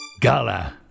Gala